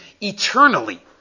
eternally